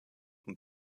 und